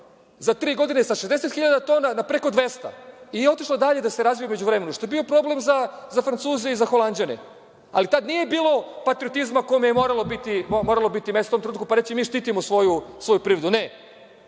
za tri godine sa 60.000 tona na preko 200 i otišla dalje da se razvija u međuvremenu. To je bio problem za Francuze i za Holanđane. Ali, tada nije bilo patriotizma kome je moralo biti mesta u tom trenutku, pa reći – mi štitimo svoju privredu. Ne,